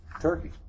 Turkey